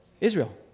Israel